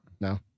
No